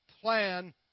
plan